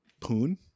poon